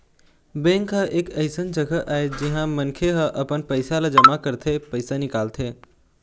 bank ह एक अइसन जघा आय जिहाँ मनखे ह अपन पइसा ल जमा करथे, पइसा निकालथे